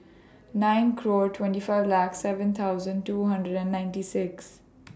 nine claw twenty five lax seven thousand two hundred and ninety six